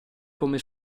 come